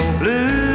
blue